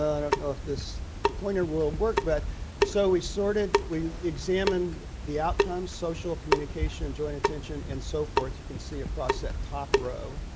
i don't know if this pointler work but so we sorted we examined the outcomes, social communication and joint attention and so forth. you can see across that top row.